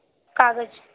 काग़ज़